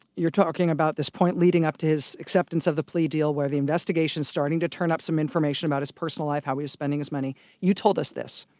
you're talking about this point leading up to his acceptance of the plea deal, where the investigation's starting to turn up some information about his personal life, how he was spending his money you told us this.